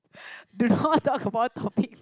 do not talk about topics